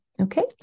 okay